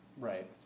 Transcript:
Right